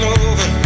over